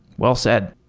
well said.